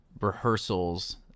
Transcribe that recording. rehearsals